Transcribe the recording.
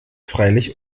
freilich